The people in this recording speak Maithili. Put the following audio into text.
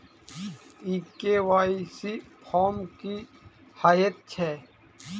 ई के.वाई.सी फॉर्म की हएत छै?